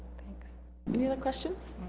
any other questions?